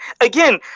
again